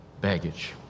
baggage